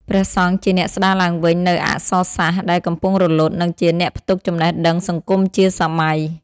ព្រះសង្ឃជាអ្នកស្តារឡើងវិញនូវអក្សរសាស្ត្រដែលកំពុងរលត់ និងជាអ្នកផ្ទុកចំណេះដឹងសង្គមជាសម័យ។